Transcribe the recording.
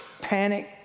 Panic